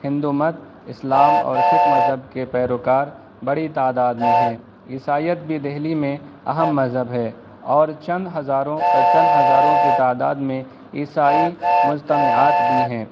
ہندومت اسلام اور سکھ مذہب کے پیروکار بڑی تعداد میں ہیں عیسائیت بھی دہلی میں اہم مذہب ہے اور چند ہزاروں اور چند ہزاروں کی تعداد میں عیسائی مجتمعات بھی ہیں